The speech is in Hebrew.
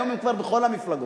היום הם כבר בכל המפלגות.